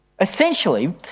Essentially